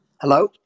Hello